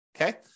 Okay